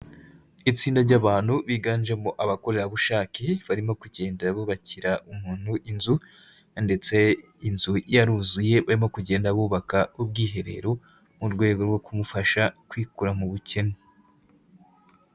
Itsinda ry'abantu biganjemo abakorerabushake barimo kugenda bubakira umuntu inzu ndetse inzu yaruzuye barimo kugenda bubaka ubwiherero mu rwego rwo kumufasha kwikura mu bukene.